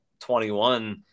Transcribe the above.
21